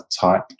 type